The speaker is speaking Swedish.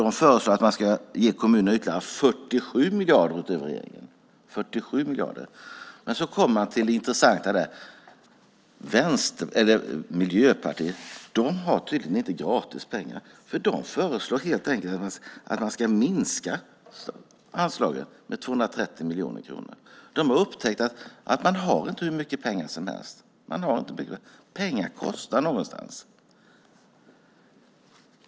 De föreslår att man ska ge kommunerna ytterligare 47 miljarder utöver regeringens 67 miljarder. Det intressanta är dock Miljöpartiet som tydligen inte har gratis pengar. Man föreslår helt enkelt att man ska minska anslaget med 230 miljoner kronor. Man har upptäckt att det inte finns hur mycket pengar som helst. Pengar kostar någonstans.